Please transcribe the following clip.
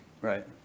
Right